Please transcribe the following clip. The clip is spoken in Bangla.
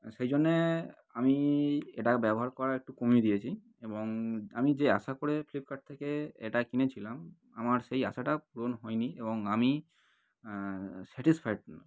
আর সেই জন্যে আমি এটা ব্যবহার করা একটু কমিয়ে দিয়েছি এবং আমি যে আশা করে ফ্লিপকার্ট থেকে এটা কিনেছিলাম আমার সেই আশাটা পূরণ হয় নি এবং আমি স্যাটিসফায়েড নই